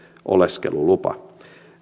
oleskelulupa